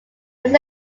was